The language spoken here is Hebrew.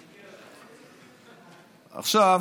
עכשיו,